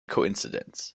coincidence